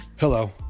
Hello